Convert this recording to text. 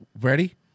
ready